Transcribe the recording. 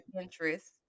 interest